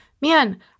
man